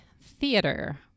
theater